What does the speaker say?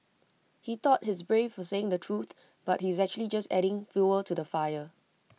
he thought he's brave for saying the truth but he's actually just adding fuel to the fire